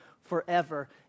forever